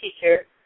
teacher